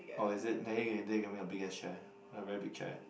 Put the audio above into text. oh is it then you can then you can make a big ass chair a very big chair